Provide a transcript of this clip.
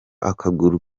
akaguru